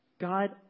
God